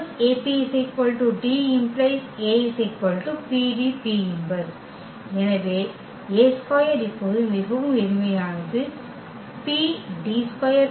P−1AP D ⇒ A PDP−1 எனவே A2 இப்போது மிகவும் எளிமையானது PD2P−1